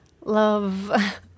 love